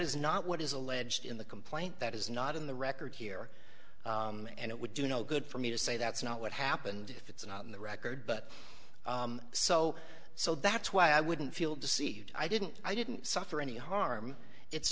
is not what is alleged in the complaint that is not in the record here and it would do no good for me to say that's not what happened if it's not in the record but so so that's why i wouldn't feel deceived i didn't i didn't suffer any harm it's